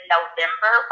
November